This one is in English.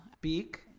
beak